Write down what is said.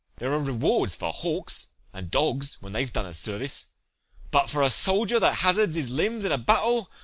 there are rewards for hawks and dogs when they have done us service but for a soldier that hazards his limbs in a battle,